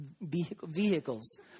vehicles